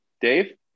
Dave